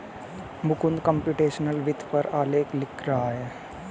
Mukund computational वित्त पर आलेख लिख रहा है